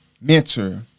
mentor